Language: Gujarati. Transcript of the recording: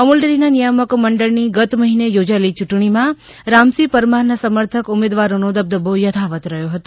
અમૂલ ડેરીના નિયામક મંડળની ગત મહિને યોજાયેલી યૂંટણીમાં રામસિંહ પરમારના સમર્થક ઉમેદવારોનો દબદબો યથાવત રહ્યો હતો